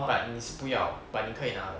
but 你是不要 but 你可以拿的